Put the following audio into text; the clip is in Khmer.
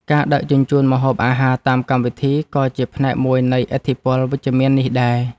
ការដឹកជញ្ជូនម្ហូបអាហារតាមកម្មវិធី ក៏ជាផ្នែកមួយនៃឥទ្ធិពលវិជ្ជមាននេះដែរ។